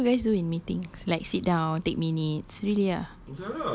what do you guys do in meeting like sit down take minutes really ah